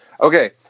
Okay